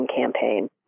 campaign